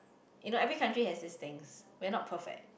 you know every country have this things we are not perfect